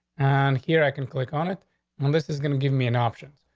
and here i can click on it unless it's gonna give me an option.